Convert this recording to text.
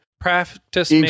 Practice